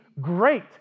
great